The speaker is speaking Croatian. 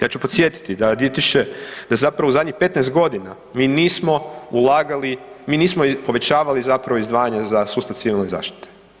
Ja ću podsjetiti da zapravo u zadnjih 15 godina mi nismo ulagali, mi nismo povećavali zapravo izdvajanje za sustav Civilne zaštite.